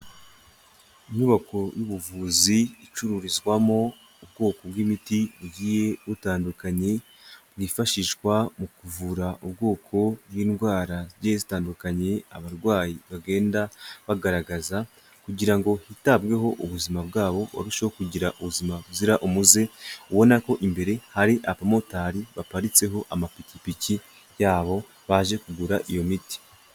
Inyubako y'ubuvuzi icururizwamwo ubwoko bw'imiti bugiye butandukanye, bwifashishwa mu kuvura ubwoko bw'indwara zigiye zitandukanye abarwayi bagenda bagaragaza kugira ngo hitabweho ubuzima bwabo barusheho kugira ubuzima buzira umuze, ubona ko imbere hari abamotari baparitseho amapikipiki yabo baje kugura iyo miti.